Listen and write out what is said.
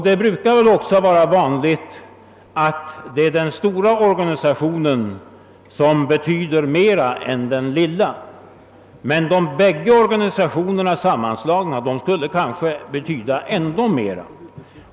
Det brukar väl också vara så, att den stora organisa tionen betyder mer än den lilla. Men båda organisationerna sammanslagna skulle kanske betyda ännu mer.